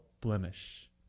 blemish